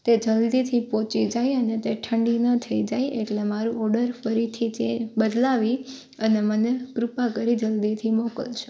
તે જલ્દીથી પહોંચી જાય અને તે ઠંડી ન થઈ જાય એટલે મારું ઓડર ફરીથી જે બદલાવી અને મને કૃપા કરી જલદીથી મોકલજો